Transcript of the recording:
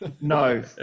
No